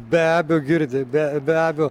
be abejo girdi be abejo